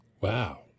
Wow